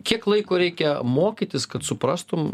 kiek laiko reikia mokytis kad suprastum